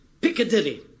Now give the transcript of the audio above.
Piccadilly